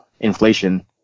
Inflation